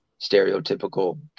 stereotypical